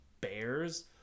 bears